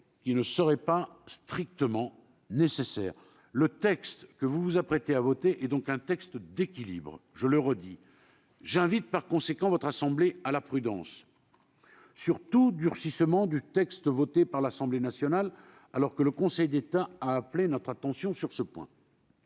messieurs les sénateurs, le texte que vous vous apprêtez à voter est un texte d'équilibre. J'invite par conséquent votre assemblée à la prudence sur tout durcissement du texte voté par l'Assemblée nationale, alors que le Conseil d'État a appelé notre attention sur ce point.